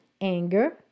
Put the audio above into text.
anger